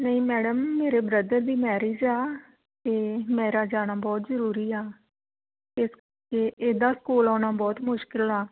ਨਹੀਂ ਮੈਡਮ ਮੇਰੇ ਬ੍ਰਦਰ ਦੀ ਮੈਰਿਜ ਆ ਅਤੇ ਮੇਰਾ ਜਾਣਾ ਬਹੁਤ ਜ਼ਰੂਰੀ ਆ ਇ ਇਹਦਾ ਸਕੂਲ ਆਉਣਾ ਬਹੁਤ ਮੁਸ਼ਕਿਲ ਆ